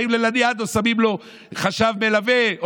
באים ללניאדו ושמים לו חשב מלווה,